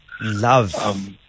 Love